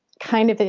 kind of,